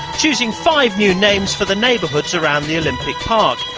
choosing five new names for the neighbourhoods around the olympic park.